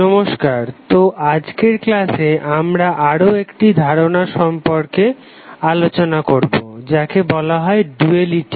নমস্কার তো আজকের ক্লাসে আমরা আরও একটি ধারণা সম্পর্কে আলোচনা করবো যাকে বলা হয় ডুয়ালিটি